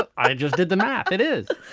but i just did the math. it is